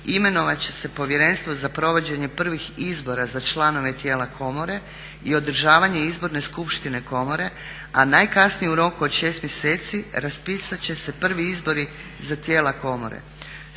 imenovat će se povjerenstvo za provođenje prvih izbora za članove tijela komore i održavanje izborne skupštine komore, a najkasnije u roku od 6 mjeseci raspisat će se prvi izbori za tijela komore,